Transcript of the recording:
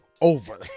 over